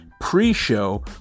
pre-show